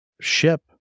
ship